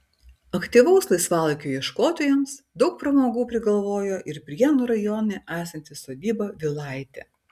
aktyvaus laisvalaikio ieškotojams daug pramogų prigalvojo ir prienų rajone esanti sodyba vilaitė